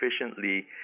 efficiently